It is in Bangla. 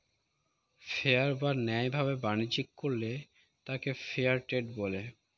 ফেয়ার বা ন্যায় ভাবে বাণিজ্য করলে তাকে ফেয়ার ট্রেড বলে